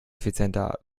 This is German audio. effizienter